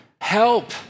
Help